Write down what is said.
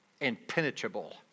impenetrable